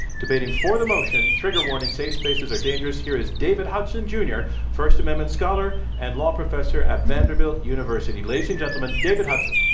debating for the motion, trigger warning safe spaces are dangerous, here is david hudson jr, first amendment scholar and law professor at vanderbilt university. ladies and gentlemen, david hudson.